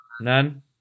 None